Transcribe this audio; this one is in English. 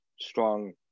strong